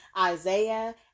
Isaiah